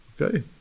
okay